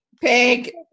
Pig